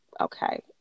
okay